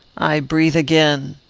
i breathe again.